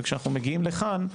וכשאנחנו מגיעים לכאן,